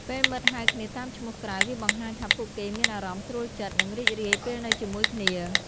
ពេលមិត្តហៅគ្នាតាមឈ្មោះក្រៅ វាបង្ហាញថាពួកគេមានអារម្មណ៍ស្រួលចិត្ត និងរីករាយពេលនៅជាមួយគ្នា។